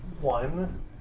one